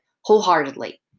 wholeheartedly